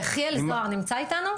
יחיאל זוהר נמצא איתנו?